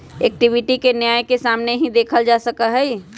equity के न्याय के सामने ही देखल जा सका हई